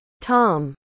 Tom